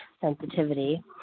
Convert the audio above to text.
sensitivity